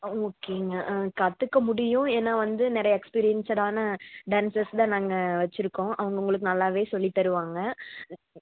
ஓ ஓகேங்க கற்றுக்க முடியும் ஏன்னால் வந்து நிறைய எக்ஸ்பீரியன்ஸுடான டேன்ஸர்ஸ் தான் நாங்கள் வெச்சுருக்கோம் அவங்க உங்களுக்கு நல்லாவே சொல்லித் தருவாங்க